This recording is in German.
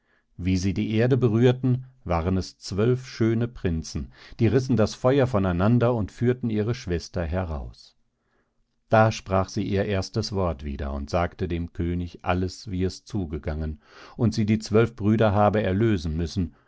wie sie die erde berührten waren es zwölf schöne prinzen die rissen das feuer von einander und führten ihre schwester heraus da sprach sie ihr erstes wort wieder und sagte dem könig alles wie es zugegangen und sie die zwölf brüder habe erlösen müssen